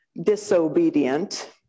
disobedient